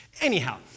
Anyhow